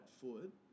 foot